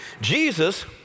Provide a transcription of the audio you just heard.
Jesus